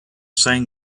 saying